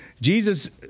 Jesus